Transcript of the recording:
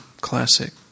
classic